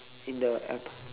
in the airport